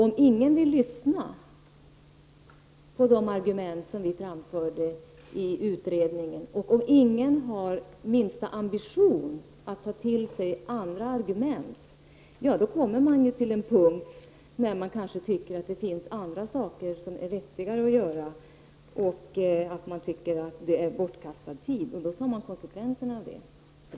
Om ingen vill lyssna på de argument som framförs i utredningen och ingen har minsta ambition att ta till sig andra argument, kommer man till en punkt när man kanske tycker att det finns andra saker som är vettigare att göra. Man tycker att det är bortkastad tid. Då tar man konsekvenserna av det.